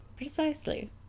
Precisely